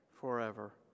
forever